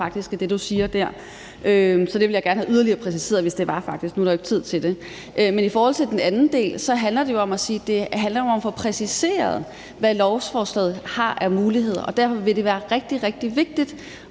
faktisk, så det ville jeg faktisk gerne have yderligere præciseret, hvis det var muligt; nu er der jo ikke tid til det. Den anden del er, at det handler om at få præciseret, hvad lovforslaget har af muligheder. Derfor vil det være rigtig, rigtig vigtigt,